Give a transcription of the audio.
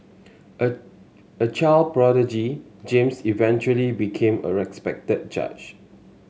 a a child prodigy James eventually became a respected judge